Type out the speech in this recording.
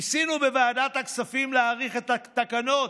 ניסינו בוועדת הכספים להאריך את התקנות,